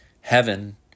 heaven